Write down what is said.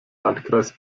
landkreis